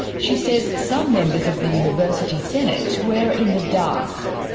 she says some members of the university senate were in the dark.